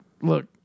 look